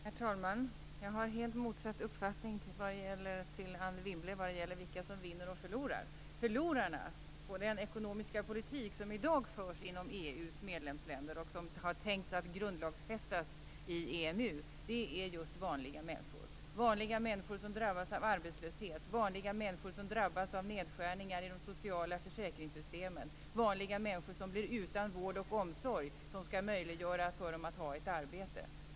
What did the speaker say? Herr talman! Anne Wibble och jag har helt motsatta uppfattningar om vilka som vinner och vilka som förlorar. De som förlorar på den ekonomiska politik som i dag förs inom EU:s medlemsländer, som man har tänkt grundlagsfästa i EMU, är just vanliga människor. Det är vanliga människor som drabbas av arbetslöshet, nedskärningar i de sociala försäkringssystemen, som blir utan vård och omsorg som skall göra det möjligt för dem att ha ett arbete.